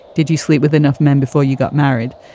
did you sleep with enough men before you got married?